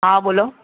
હા બોલો